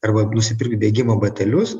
arba nusipirkt bėgimo batelius